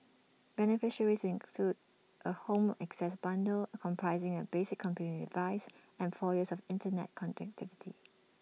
beneficiaries will include A home access bundle comprising A basic computing device and four years of Internet connectivity